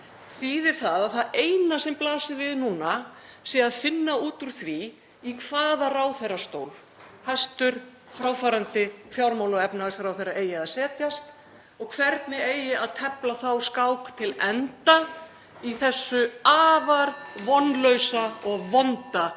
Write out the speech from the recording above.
þýði það að það eina sem blasi við núna sé að finna út úr því í hvaða ráðherrastól hæstv. fráfarandi fjármála- og efnahagsráðherra eigi að setjast og hvernig eigi að tefla skákina til enda í þessu afar vonlausa og vonda